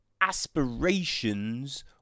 aspirations